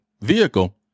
vehicle